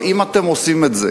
אם אתם עושים את זה